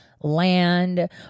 land